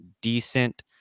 decent